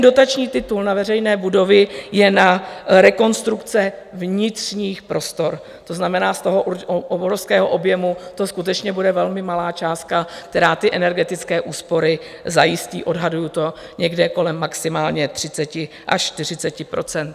Dotační titul na veřejné budovy je na rekonstrukce vnitřních prostor, to znamená, z toho obrovského objemu to skutečně bude velmi malá částka, která ty energetické úspory zajistí, odhaduju to někde kolem maximálně 30 až 40 %.